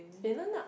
Finland lah